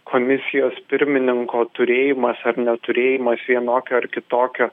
komisijos pirmininko turėjimas ar neturėjimas vienokio ar kitokio